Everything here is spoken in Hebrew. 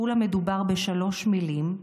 כולה מדובר בשלוש מילים,